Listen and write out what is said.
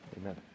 Amen